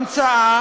המצאה